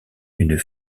une